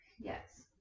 yes